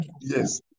Yes